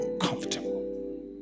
comfortable